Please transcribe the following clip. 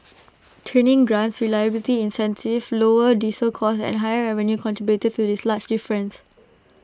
training grants reliability incentives lower diesel costs and higher revenue contributed to this large difference